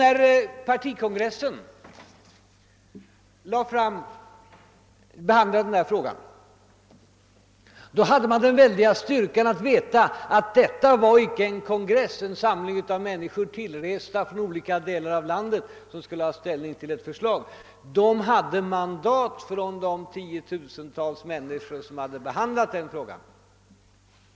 När partikongressen behandlade denna fråga kände man den väldiga styrka som det innebar att veta att det icke var fråga om en samling människor som rest dit från olika delar av landet för att ta ställning till ett förslag på detta område utan att de hade mandat från de tiotusentals människor som redan hade diskuterat frågan.